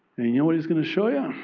and you know what he's going to show you?